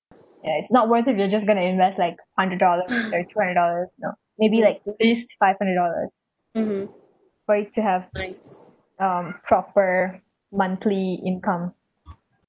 ya it's not worth it if you're just going to invest like hundred dollar or two hundred dollars you know maybe like at least five hundred dollars for you to have um proper monthly income